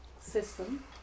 system